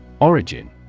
Origin